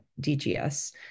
DGS